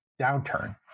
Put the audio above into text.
downturn